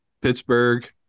Pittsburgh